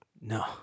No